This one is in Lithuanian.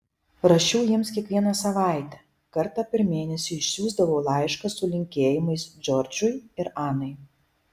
rašiau jiems kiekvieną savaitę kartą per mėnesį išsiųsdavau laišką su linkėjimais džordžui ir anai